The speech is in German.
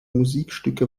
musikstücke